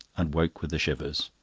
and woke with the shivers.